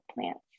plants